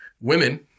women